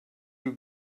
you